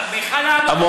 מכל האמוניה,